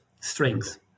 strings